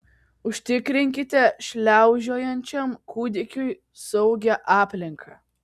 užtikrinkite šliaužiojančiam kūdikiui saugią aplinką